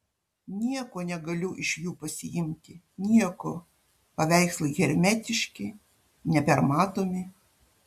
nieko negaliu iš jų pasiimti nieko paveikslai hermetiški nepermatomi